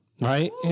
Right